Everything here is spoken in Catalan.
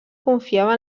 confiava